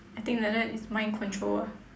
I think like that is mind control ah